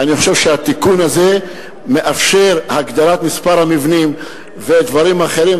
אני חושב שהתיקון הזה מאפשר הגדרת מספר המבנים ודברים אחרים.